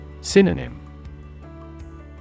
Synonym